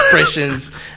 expressions